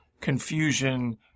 confusion